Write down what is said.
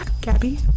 Gabby